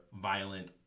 violent